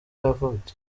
yavutse